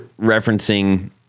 referencing